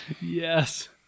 Yes